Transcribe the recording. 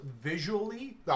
visually